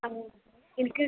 ആ എനിക്ക്